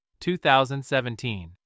2017